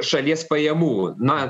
šalies pajamų na